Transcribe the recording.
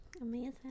amazing